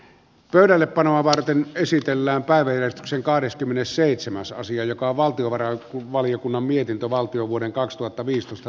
pöydällepanoa varten esitellään päivä ja sen kahdeskymmenesseitsemäs asia joka valtiovarain valiokunnan mietintö valtio vuoden kaksituhatta viistosta